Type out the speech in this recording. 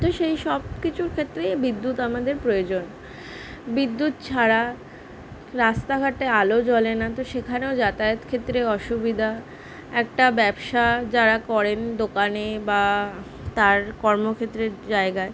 তো সেই সব কিছুর ক্ষেত্রে বিদ্যুৎ আমাদের প্রয়োজন বিদ্যুৎ ছাড়া রাস্তাঘাটে আলো জ্বলে না তো সেখানেও যাতায়াত ক্ষেত্রে অসুবিধা একটা ব্যবসা যারা করেন দোকানে বা তার কর্মক্ষেত্রের জায়গায়